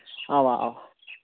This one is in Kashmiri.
اَوا اَوا